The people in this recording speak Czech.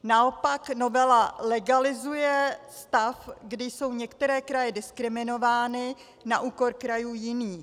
Naopak novela legalizuje stav, kdy jsou některé kraje diskriminovány na úkor krajů jiných.